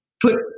put